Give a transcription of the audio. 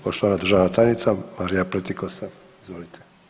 Poštovana državna tajnica Marija Pletikosa, izvolite.